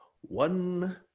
one